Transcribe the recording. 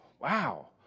wow